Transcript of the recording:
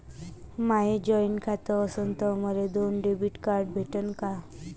माय joint खातं असन तर मले दोन डेबिट कार्ड भेटन का?